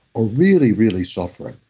are really really suffering.